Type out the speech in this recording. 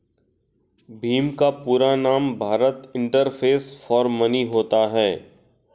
भीम का पूरा नाम भारत इंटरफेस फॉर मनी होता है